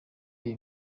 iyi